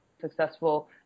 successful